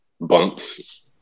bumps